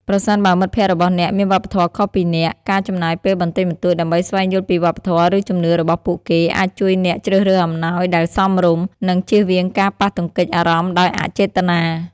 ប្រសិនបើមិត្តភក្តិរបស់អ្នកមានវប្បធម៌ខុសពីអ្នក ការចំណាយពេលបន្តិចបន្តួចដើម្បីស្វែងយល់ពីវប្បធម៌ ឬជំនឿរបស់ពួកគេ អាចជួយអ្នកជ្រើសរើសអំណោយដែលសមរម្យ និងជៀសវាងការប៉ះទង្គិចអារម្មណ៍ដោយអចេតនា។